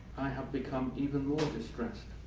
i have become even more distressed.